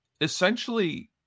essentially